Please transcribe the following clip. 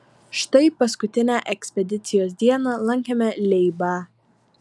štai paskutinę ekspedicijos dieną lankėme leibą